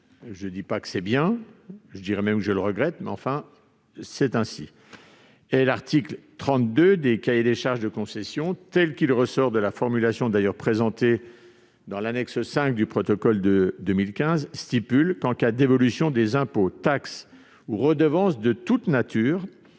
Je ne dis pas que c'est bien- et même, je le regrette -, mais c'est ainsi. L'article 32 du cahier des charges des concessions, tel qu'il ressort de la formulation présentée dans l'annexe 5 du protocole de 2015, stipule qu'en cas d'évolution des impôts, taxes ou redevances de nature